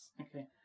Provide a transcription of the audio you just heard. Okay